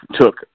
took